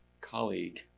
colleague